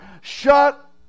shut